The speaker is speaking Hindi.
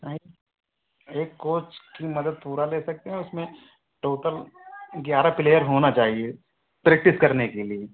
राइट एक कोच की मदद पूरा ले सकते हैं उसमें टोटल ग्यारह प्लेयर होना चाहिए प्रेक्टिस करने के लिए